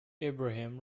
ibrahim